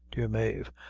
dear mave,